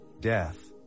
death